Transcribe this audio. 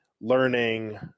learning